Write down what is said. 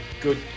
good